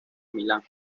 milán